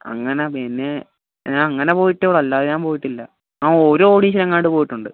അങ്ങനെ പിന്നെ ഞാൻ അങ്ങനെ പോയിട്ടെ ഉള്ളൂ അല്ലാതെ ഞാൻ പോയിട്ടില്ല ആ ഒരു ഓഡീഷന് എങ്ങാണ്ടു പോയിട്ടുണ്ട്